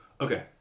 Okay